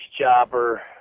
Chopper